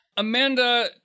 Amanda